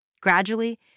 Gradually